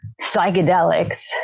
psychedelics